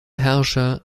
herrscher